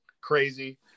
crazy